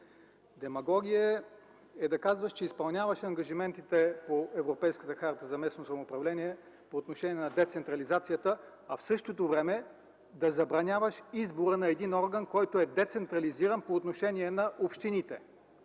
Демагогия е да казваш, че изпълняваш ангажиментите по Европейската харта за местно самоуправление по отношение на децентрализацията, а в същото време да забраняваш избора на един орган, който е децентрализиран по отношение на общините.